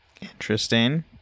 interesting